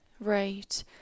Right